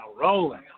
rolling